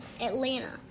Atlanta